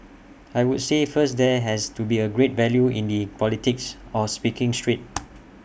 I would say first there has to be A great value in the politics of speaking straight